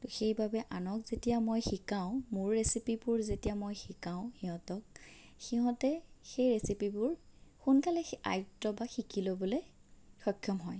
সেইবাবে আনক যেতিয়া মই শিকাওঁ মোৰ ৰেচিপিবোৰ যেতিয়া মই শিকাওঁ সিহঁতক সিহঁতে সেই ৰেচিপিবোৰ সোনকালে আয়ত্ত বা শিকি ল'বলৈ সক্ষম হয়